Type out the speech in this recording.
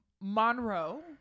monroe